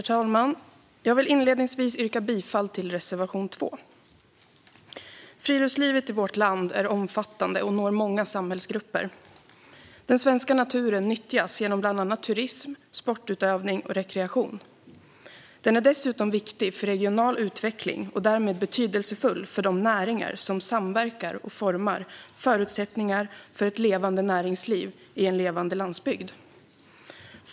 Herr talman! Jag vill inledningsvis yrka bifall till reservation 2. Friluftslivet i vårt land är omfattande och når många samhällsgrupper. Den svenska naturen nyttjas genom bland annat turism, sportutövning och rekreation. Den är dessutom viktig för regional utveckling och därmed betydelsefull för de näringar som samverkar och formar förutsättningar för ett levande näringsliv i en levande landsbygd.